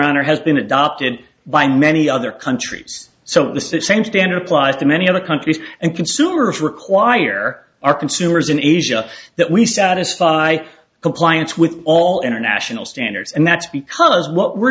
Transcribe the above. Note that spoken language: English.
honor has been adopted by many other countries so the sit same standard applies to many other countries and consumers require our consumers in asia the we satisfy compliance with all international standards and that's because w